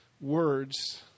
words